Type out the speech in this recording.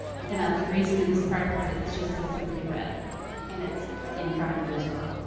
i'm gonna breeze through this part, cause it's just as simply read and it's in front of you as well.